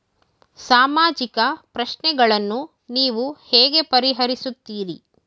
ಸಾಮಾಜಿಕ ಪ್ರಶ್ನೆಗಳನ್ನು ನೀವು ಹೇಗೆ ಪರಿಹರಿಸುತ್ತೀರಿ?